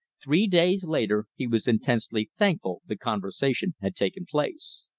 three days later he was intensely thankful the conversation had taken place.